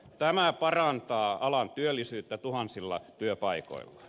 tämä parantaa alan työllisyyttä tuhansilla työpaikoilla